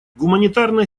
гуманитарная